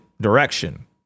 direction